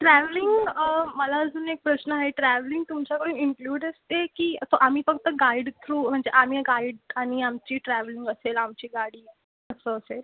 travelling मला अजून एक प्रश्न आहे ट्रॅवलिंग तुमच्याकडे इन्क्लूड असते की फ् आम्ही फक्त गाईड थ्रू म्हणजे आम्ही गाईट आणि आमची ट्रॅवलिंग असेल आमची गाडी असं असेल